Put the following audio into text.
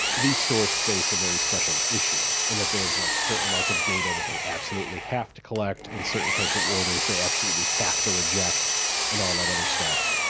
these stores face a very special issue in that there's, like, certain amounts of data that they absolutely have to collect and certain types of orders they absolutely have to reject and all that other stuff,